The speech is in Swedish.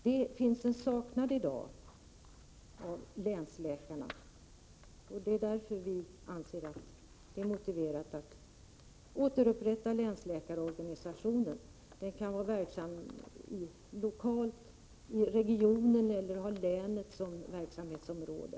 Det finns i dag en saknad efter dem. Vi anser därför att det är motiverat att återupprätta länsläkarorganisationen. Den kan då ha regionen eller länet som verksamhetsområde.